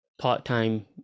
part-time